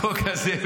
החוק הזה,